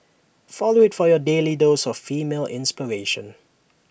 follow IT for your daily dose of female inspiration